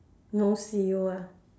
no see you ah